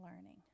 learning